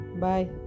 Bye